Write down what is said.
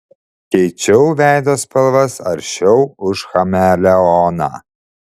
keičiau veido spalvas aršiau už chameleoną